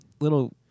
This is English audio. little